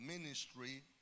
ministry